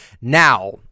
Now